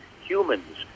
humans